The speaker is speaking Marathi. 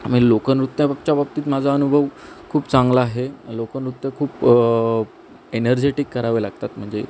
म्हणजे लोकनृत्याबबच्या बाबतीत माझा अनुभव खूप चांगला आहे लोकनृत्य खूप एनर्जेटिक करावे लागतात म्हणजे